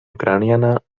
ucraniana